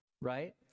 right